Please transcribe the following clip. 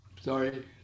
Sorry